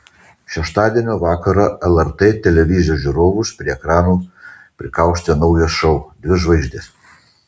šeštadienio vakarą lrt televizijos žiūrovus prie ekranų prikaustė naujas šou dvi žvaigždės